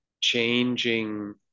changing